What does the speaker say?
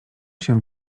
się